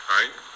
right